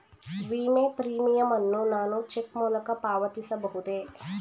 ವಿಮೆ ಪ್ರೀಮಿಯಂ ಅನ್ನು ನಾನು ಚೆಕ್ ಮೂಲಕ ಪಾವತಿಸಬಹುದೇ?